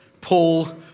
Paul